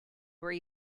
were